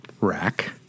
rack